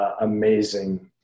amazing